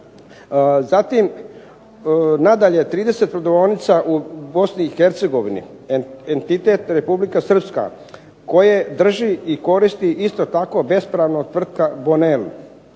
Zatim nadalje 30 prodavaonica u Bosni i Hercegovini, entitet Republika Srpska koje drži i koristi isto tako bespravno Tvrtka